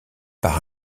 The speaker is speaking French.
par